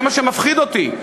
זה מה שמפחיד אותי,